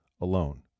alone